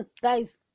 guys